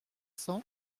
cents